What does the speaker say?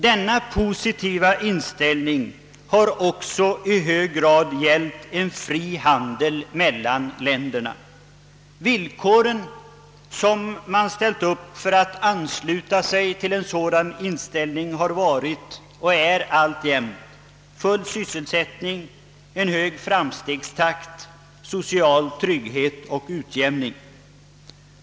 Denna positiva inställning har också i hög grad gällt en fri handel mellan länderna. Villkoren för att man skulle ansluta sig till en sådan inställning har varit och är alltjämt full sysselsättning, en hög framstegstakt, social trygghet och utjämning.